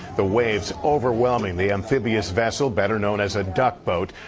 the waves overwhelming the amphibious vessel better known as a duck boat.